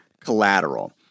collateral